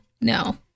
No